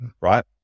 right